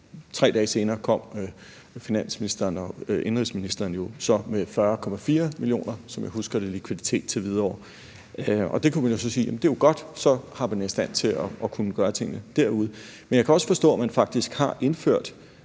3 dage senere kom finansministeren og indenrigsministeren så med 40,4 mio. kr., som jeg husker det, i likviditet til Hvidovre. Der kunne man jo så sige, at det er godt, og så er man i stand til at kunne gøre tingene derude. Men jeg kan også forstå, at man derudover